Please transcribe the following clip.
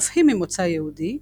אף היא ממוצא יהודי,